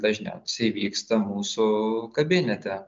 dažniausiai vyksta mūsų kabinete